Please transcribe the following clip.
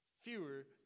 Fewer